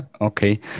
Okay